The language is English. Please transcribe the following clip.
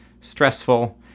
stressful